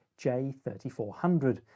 j3400